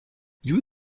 due